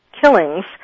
killings